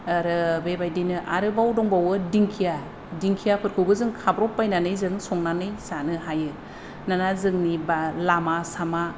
आरो बेबादिनो आरोबाव दंबावो दिंखिया दिंखियाफोरखौबो जों खाब्र'बबायनानै जों संनानै जानो हायो दाना जोंनि लामा सामा